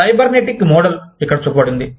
cybernetic model ఇక్కడ చూపబడింది